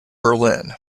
berlin